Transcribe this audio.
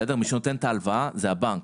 מי שנותן את ההלוואה זה הבנק,